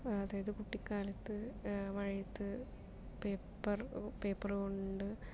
അതായത് കുട്ടിക്കാലത്ത് മഴയത്ത് പേപ്പർ പേപ്പർ കൊണ്ട്